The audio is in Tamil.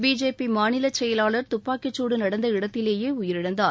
பிஜேபி மாநில செயலாளர் துப்பாக்கிச் சூடு நடந்த இடத்திலேயே உயிரிழந்தார்